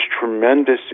tremendous